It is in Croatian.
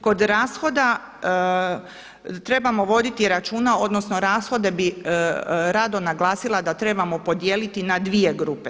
Kod rashoda trebamo voditi računa, odnosno rashode bi rado naglasila da trebamo podijeliti na dvije grupe.